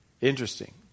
Interesting